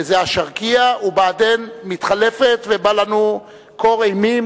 השרקייה, ו"בעדין" מתחלפת, ובא לנו קור אימים.